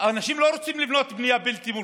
אנשים לא רוצים לבנות בנייה בלתי מורשית.